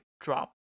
drop